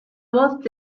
voz